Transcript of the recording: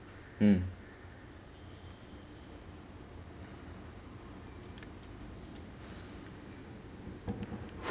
mm